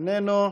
אינו נוכח,